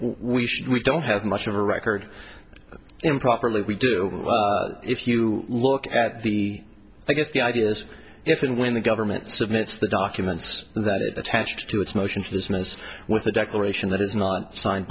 we should we don't have much of a record improperly we do if you look at the i guess the idea is if and when the government submits the documents that are attached to its motion to dismiss with a declaration that is not signed